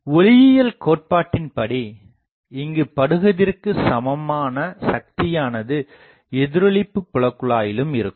ஒளியியல் கோட்பாட்டின்படி இங்குப் படுகதிருக்கு சமமான சக்தியானது எதிரொளிப்பு புலகுழாயிலும் இருக்கும்